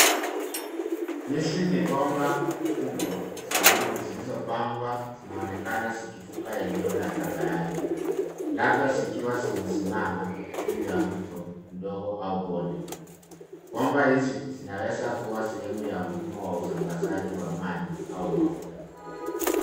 Hizi ni bomba kubwa za buluu zilizopangwa zinaonekana zikivuka eneo la tambarare labda zikiwa zimesimama juu ya mto ndogo au bonde. Bomba hizi zinaweza kuwa sehemu ya mfumo wa usambazaji wa maji au mafuta.